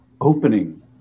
opening